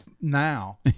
Now